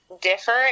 differ